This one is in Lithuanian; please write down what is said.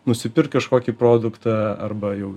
nusipirkt kažkokį produktą arba jau